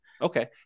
Okay